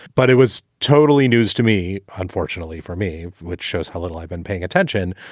but it was totally news to me. unfortunately for me. which shows how little i've been paying attention.